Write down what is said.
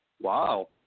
wow